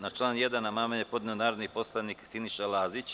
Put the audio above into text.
Na član 1. amandman je podneo narodni poslanik Siniša Lazić.